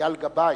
אייל גבאי